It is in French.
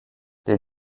des